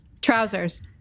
trousers